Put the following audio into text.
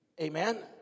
amen